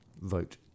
vote